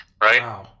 right